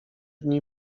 dni